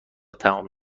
تموم